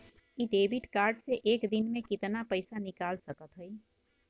इ debit card से एक दिन मे कितना पैसा निकाल सकत हई?